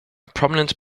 prominent